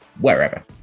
wherever